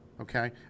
Okay